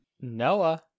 Noah